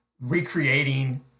Recreating